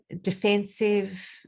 defensive